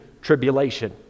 tribulation